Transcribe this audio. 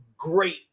great